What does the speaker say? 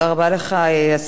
בשם שר התעשייה,